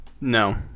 No